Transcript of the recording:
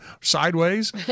sideways